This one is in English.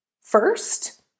First